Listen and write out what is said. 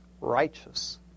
righteous